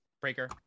Breaker